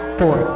four